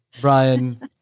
Brian